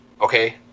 okay